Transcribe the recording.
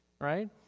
right